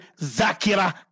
Zakira